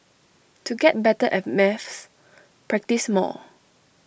to get better at maths practise more